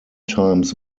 times